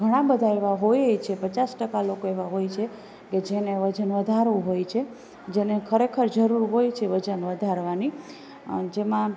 ઘણાં બધાં એવાં હોય છે પચાસ ટકા લોકો એવાં હોય છે કે જેને વજન વધારવું હોય છે જેને ખરેખર જરૂર હોય છે વજન વધારવાંની જેમાં